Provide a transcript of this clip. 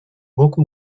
boku